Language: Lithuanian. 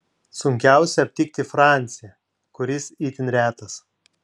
sunkiausia aptikti francį kuris itin retas